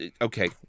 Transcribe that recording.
Okay